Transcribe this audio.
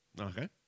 Okay